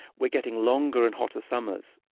we're getting longer and hotter summers,